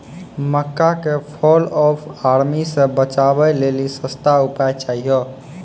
मक्का के fall of army से बचाबै लेली सस्ता उपाय चाहिए?